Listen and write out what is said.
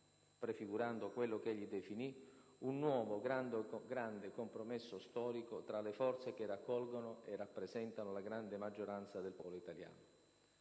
prefigurando quello che egli definì "un nuovo, grande compromesso storico tra le forze che raccolgono e rappresentano la grande maggioranza del popolo italiano".